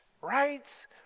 right